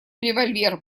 револьвер